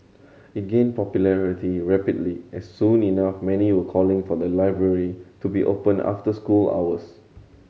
it gained popularity rapidly and soon enough many were calling for the library to be opened after school hours